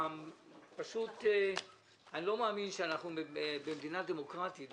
אני לא מאמין שבמדינה דמוקרטית,